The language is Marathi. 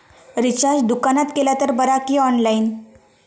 रिचार्ज दुकानात केला तर बरा की ऑनलाइन?